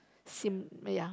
seem yeah